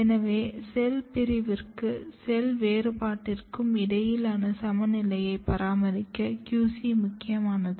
எனவே செல் பிரிவிற்கும் செல் வேறுபாட்டிற்கும் இடையிலான சமநிலையை பராமரிக்க QC முக்கியமானது